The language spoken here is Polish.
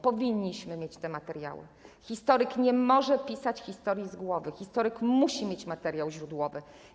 Powinniśmy mieć te materiały, historyk nie może pisać historii z głowy, historyk musi mieć materiały źródłowe.